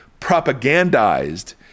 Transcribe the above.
propagandized